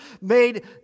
made